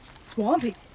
swampy